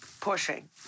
pushing